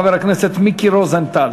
חבר הכנסת מיקי רוזנטל.